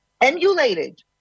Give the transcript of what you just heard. emulated